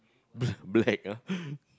b~ black ah